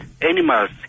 animals